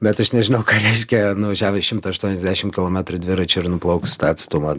bet aš nežinau ką reiškia nuvažiavęs šimtą aštuoniasdešim kilometrų dviračiu ir nuplaukus tą atstumą